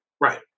Right